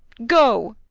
go!